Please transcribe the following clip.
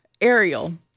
Ariel